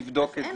לבדוק את זה.